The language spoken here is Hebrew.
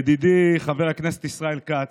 ידידי חבר הכנסת ישראל כץ,